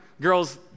Girls